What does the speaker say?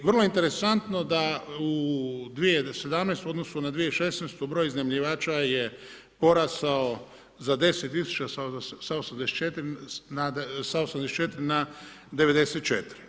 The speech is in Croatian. I vrlo interesantno da u 2017. u odnosu na 2016. broj iznajmljivača je porastao za 10 tisuća sa 84 na 94.